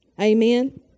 Amen